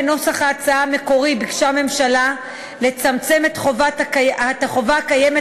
בנוסח ההצעה המקורי ביקשה הממשלה לצמצם את החובה הקיימת